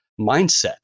mindset